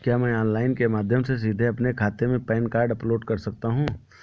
क्या मैं ऑनलाइन के माध्यम से सीधे अपने खाते में पैन कार्ड अपलोड कर सकता हूँ?